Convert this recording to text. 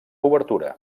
obertura